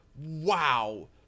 wow